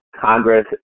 Congress